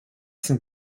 sind